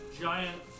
giant